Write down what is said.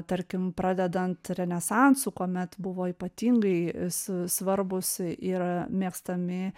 tarkim pradedant renesansu kuomet buvo ypatingai s svarbūs ir mėgstami